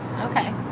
Okay